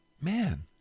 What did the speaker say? man